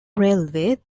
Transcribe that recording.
railway